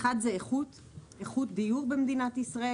ראשית, איכות דיור במדינת ישראל.